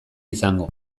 izango